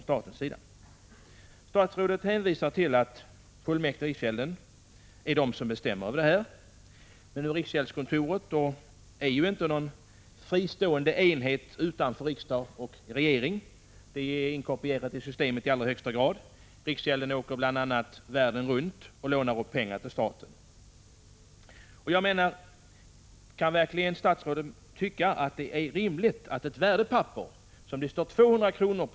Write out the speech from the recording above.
Statsrådet hänvisar till att fullmäktige i riksgälden bestämmer, men riksgäldskontoret är ju inte någon fristående enhet utanför riksdag och regering utan är i allra högsta grad inkorporerat i systemet. Riksgälden åker bl.a. världen runt och lånar upp pengar åt staten. Tycker verkligen statsrådet att det är rimligt att ett värdepapper som det står 200 kr.